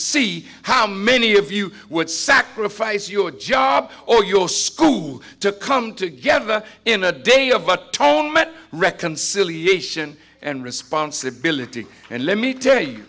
see how many of you would sacrifice your job or your school to come together in a day of what reconciliation and responsibility and let me tell you